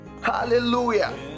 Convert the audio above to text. Hallelujah